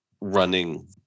running